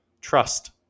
Trust